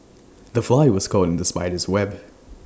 the fly was caught in the spider's web